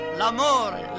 l'amore